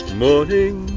morning